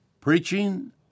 preaching